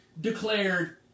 declared